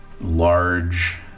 large